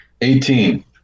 Eighteen